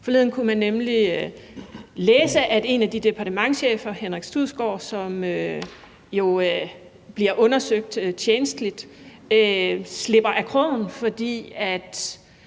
Forleden kunne man læse, at en af de departementschefer, Henrik Studsgaard, som jo blev undersøgt tjenstligt, slipper af krogen, fordi han